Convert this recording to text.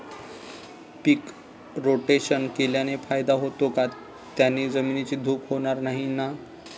पीक rotation केल्याने फायदा होतो का? त्याने जमिनीची धूप होणार नाही ना?